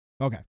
Okay